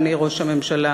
אדוני ראש הממשלה,